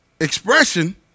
expression